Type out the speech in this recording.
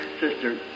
sister